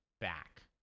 back